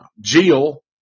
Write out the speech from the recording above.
Jill